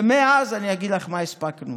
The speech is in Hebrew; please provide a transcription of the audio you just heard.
ומאז אני אגיד לך מה הספקנו.